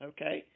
Okay